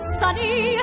sunny